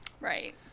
right